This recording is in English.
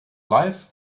life